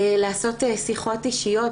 לעשות שיחות אישיות,